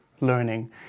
learning